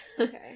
Okay